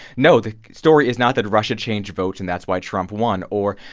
no, the story is not that russia change votes, and that's why trump won, or,